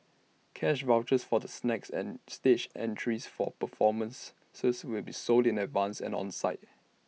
cash vouchers for the snacks and stage entries for performances will be sold in advance and on site